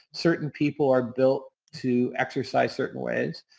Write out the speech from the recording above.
certain people are built to exercise certain ways.